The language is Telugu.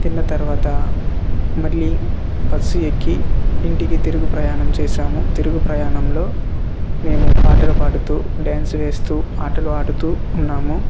తిన్న తర్వాత మళ్ళీ బస్సు ఎక్కి ఇంటికి తిరుగు ప్రయాణం చేసాము తిరుగు ప్రయాణంలో మేము పాటలు పాడుతు డ్యాన్స్ వేస్తూ ఆటలు ఆడుతు ఉన్నాము